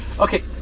Okay